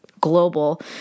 global